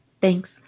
Thanks